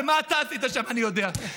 ומה אתה עשית שם אני יודע.